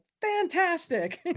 fantastic